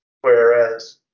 Whereas